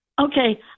okay